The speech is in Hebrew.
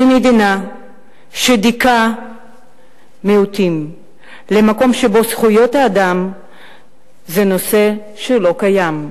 ממדינה שדיכאה מיעוטים למקום שבו זכויות האדם זה נושא שלא קיים.